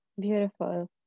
Beautiful